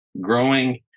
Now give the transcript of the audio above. growing